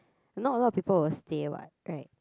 not a lot of people will stay what right